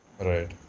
Right